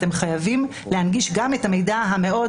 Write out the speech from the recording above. אתם חייבים להנגיש לציבור גם את המידע המאוד